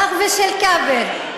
שלך ושל כבל.